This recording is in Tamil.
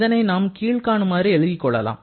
இதனை கீழ்காணுமாறு எழுதிக் கொள்ளலாம்